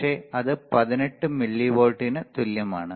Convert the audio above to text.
പക്ഷേ അത് 18 മില്ലിവോൾട്ട്ന് തുല്യമാണ്